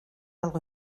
algo